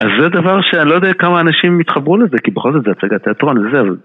אז זה דבר שאני לא יודע כמה אנשים יתחברו לזה כי בכל זאת זה הצגת התיאטרון וזה